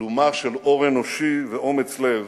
אלומה של אור אנושי ואומץ לב